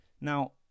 Now